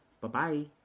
Bye-bye